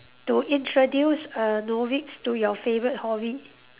to introduce a novice to your favourite hobby